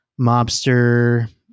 mobster